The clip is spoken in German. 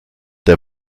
der